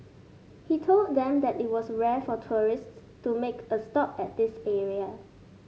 he told them that it was rare for tourists to make a stop at this area